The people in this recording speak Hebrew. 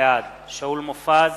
בעד שאול מופז,